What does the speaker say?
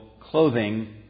clothing